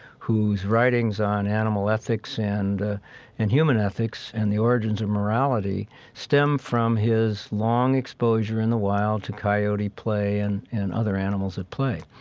whose writings on animal ethics and and human ethics and the origins of morality stem from his long exposure in the wild to coyote play and and other animals at play.